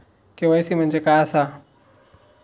KYC म्हणजे काय आसा?